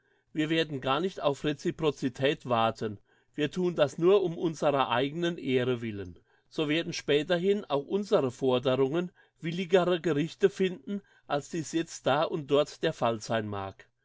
wir werden gar nicht auf reciprocität warten wir thun das nur um unserer eigenen ehre willen so werden späterhin auch unsere forderungen willigere gerichte finden als dies jetzt da und dort der fall sein mag